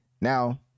now